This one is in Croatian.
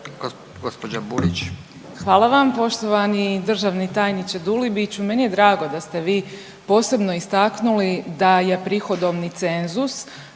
Hvala vam poštovani državni tajniče Dulibiću. Meni je drago da ste vi posebno istaknuli da je prihodovni cenzus